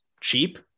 cheap